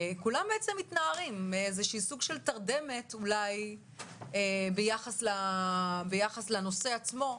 כולם מתנערים, כמו סוג של תרדמת ביחס לנושא עצמו.